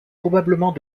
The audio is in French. probablement